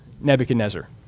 Nebuchadnezzar